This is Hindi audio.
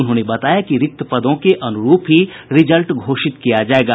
उन्होंने बताया कि रिक्त पदों के अनुरूप ही रिजल्ट घोषित किया जाएगा